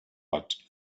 but